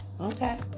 Okay